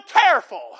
careful